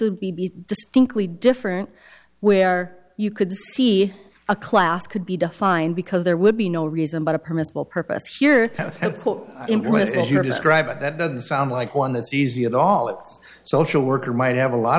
would be distinctly different where you could see a class could be defined because there would be no reason but a permissible purpose here in paris if you're describing that doesn't sound like one that's easy at all it's social worker might have a lot